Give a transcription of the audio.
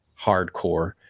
hardcore